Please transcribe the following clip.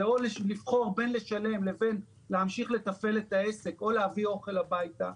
זה לבחור בין לשלם לבין להמשיך לתפעל את העסק או להביא אוכל הביתה,